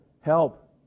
help